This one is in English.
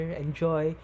enjoy